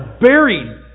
buried